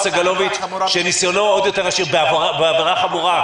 סגלוביץ' שניסיונו עוד יותר עשיר בעבירה חמורה,